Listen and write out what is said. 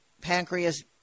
pancreas